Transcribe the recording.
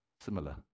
similar